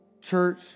church